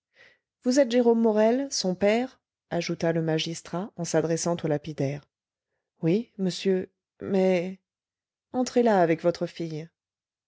vous êtes jérôme morel son père ajouta le magistrat en s'adressant au lapidaire oui monsieur mais entrez là avec votre fille